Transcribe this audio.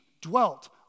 dwelt